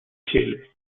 chile